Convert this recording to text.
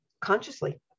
consciously